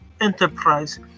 enterprise